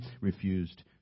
refused